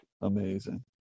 amazing